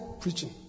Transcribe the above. preaching